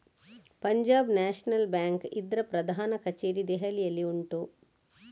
Punjab National Bank ಇದ್ರ ಪ್ರಧಾನ ಕಛೇರಿ ದೆಹಲಿಯಲ್ಲಿ ಉಂಟು